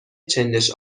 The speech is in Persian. چندش